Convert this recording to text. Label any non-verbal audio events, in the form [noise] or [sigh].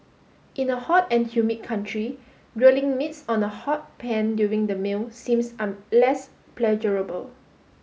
in a hot and humid country grilling meats on a hot pan during the meal seems [unintelligible] less pleasurable